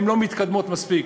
הן לא מתקדמות מספיק.